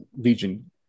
legion